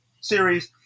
series